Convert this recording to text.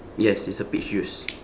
yes it's a peach juice